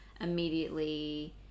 immediately